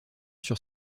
sur